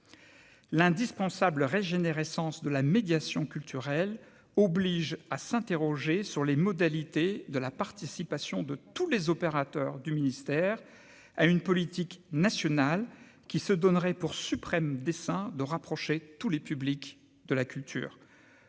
l'indispensable régénérescence de la médiation culturelle oblige à s'interroger sur les modalités de la participation de tous les opérateurs du ministère à une politique nationale qui se donnerait pour suprême dessins de rapprocher tous les publics de la culture,